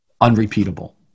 unrepeatable